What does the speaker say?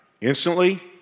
instantly